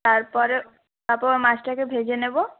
তার পরে তারপর মাছটাকে ভেজে নেব